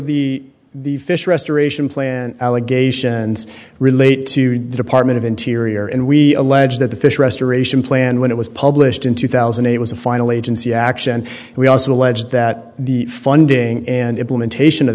the the fish restoration plan allegations relate to the department of interior and we allege that the fish restoration plan when it was published in two thousand and eight was a final agency action we also allege that the funding and implementation of